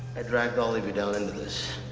i dragged all of you down into this.